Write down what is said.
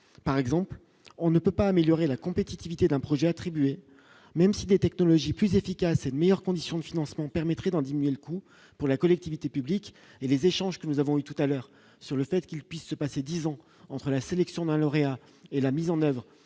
par exemple, on ne peut pas améliorer la compétitivité d'un projet attribué, même si des technologies plus efficaces et de meilleures conditions de financement permettrait d'en diminuer le coût pour la collectivité publique et les échanges que nous avons eu tout à l'heure sur le fait qu'il puisse se passer 10 ans entre la sélection d'un lauréat et la mise en oeuvre